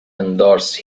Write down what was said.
endorse